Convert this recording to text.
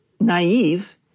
naive